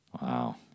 Wow